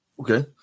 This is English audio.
Okay